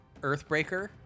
earthbreaker